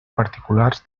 particulars